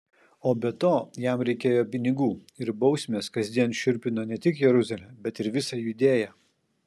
o be to jam reikėjo pinigų ir bausmės kasdien šiurpino ne tik jeruzalę bet ir visą judėją